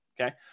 Okay